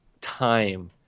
time